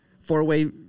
four-way